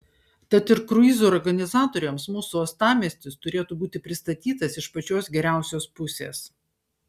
tad ir kruizų organizatoriams mūsų uostamiestis turėtų būti pristatytas iš pačios geriausios pusės